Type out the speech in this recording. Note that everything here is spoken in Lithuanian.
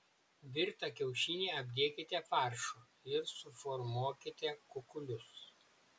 virtą kiaušinį apdėkite faršu ir suformuokite kukulius